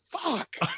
fuck